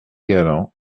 galland